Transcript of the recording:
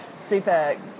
super